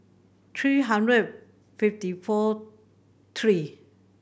three hundred fifty four three